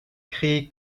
créé